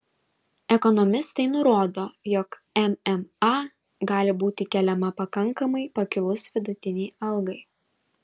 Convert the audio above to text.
ekonomistai nurodo jog mma gali būti keliama pakankamai pakilus vidutinei algai